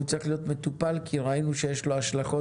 הוא נושא שצריך להיות מטופל כי ראינו שיש לו השלכות